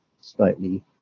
slightly